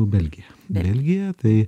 belgija belgija tai